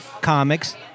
comics